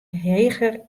heger